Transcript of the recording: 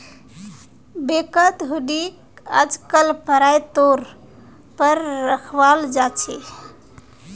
बैंकत हुंडीक आजकल पढ़ाई तौर पर रखाल जा छे